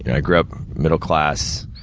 and grew up middle class,